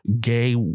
gay